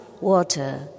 water